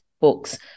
books